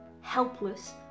helpless